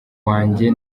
wanjye